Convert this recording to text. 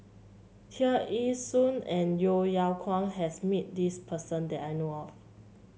Tear Ee Soon and Yeo Yeow Kwang has met this person that I know of